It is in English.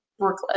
workload